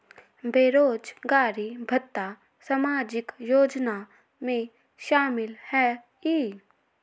बेरोजगारी भत्ता सामाजिक योजना में शामिल ह ई?